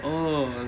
oh